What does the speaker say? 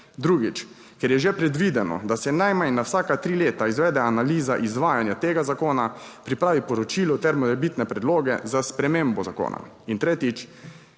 Drugič. Ker je že predvideno, da se najmanj na vsaka tri leta izvede analiza izvajanja tega zakona, pripravi poročilo ter morebitne predloge za spremembo zakona. In tretjič.